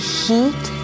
heat